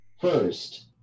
First